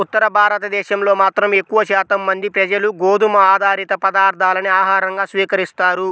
ఉత్తర భారతదేశంలో మాత్రం ఎక్కువ శాతం మంది ప్రజలు గోధుమ ఆధారిత పదార్ధాలనే ఆహారంగా స్వీకరిస్తారు